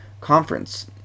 conference